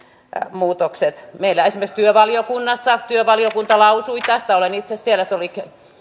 muutokset meillä esimerkiksi työvaliokunnassa työvaliokunta lausui tästä olen itse siellä se oli